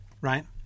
right